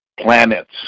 Planets